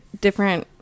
different